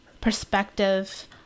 perspective